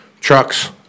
trucks